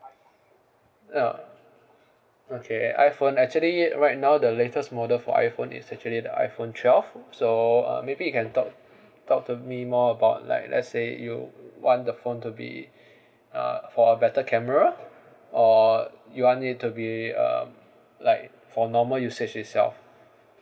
uh okay iPhone actually it right now the latest model for iPhone is actually the iPhone twelve so uh maybe you can talk talk to me more about like let's say you want the phone to be uh for a better camera or you want it to be um like for normal usage itself